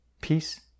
Peace